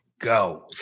go